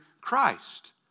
Christ